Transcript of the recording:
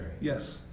Yes